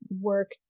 work